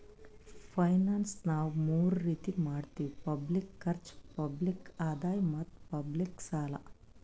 finance ನಾವ್ ಮೂರ್ ರೀತಿ ಮಾಡತ್ತಿವಿ ಪಬ್ಲಿಕ್ ಖರ್ಚ್, ಪಬ್ಲಿಕ್ ಆದಾಯ್ ಮತ್ತ್ ಪಬ್ಲಿಕ್ ಸಾಲ